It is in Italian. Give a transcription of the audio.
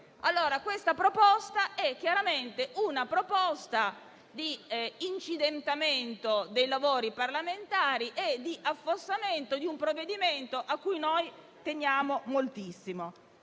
fatta poco fa è chiaramente una proposta di "incidentamento" dei lavori parlamentari e di affossamento di un provvedimento a cui noi teniamo moltissimo.